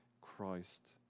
Christ